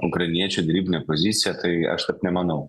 ukrainiečių derybinę poziciją tai aš taip nemanau